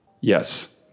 Yes